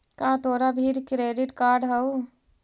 का तोरा भीर क्रेडिट कार्ड हउ?